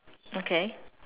okay